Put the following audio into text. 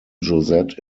josette